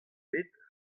bet